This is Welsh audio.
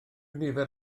nifer